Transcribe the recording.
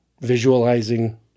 visualizing